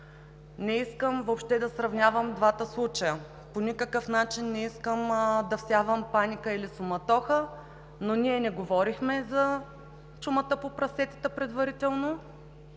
Не искам въобще да сравнявам двата случая, по никакъв начин не искам да всявам паника или суматоха, но ние не говорихме предварително